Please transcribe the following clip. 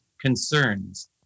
concerns